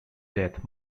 death